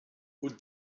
und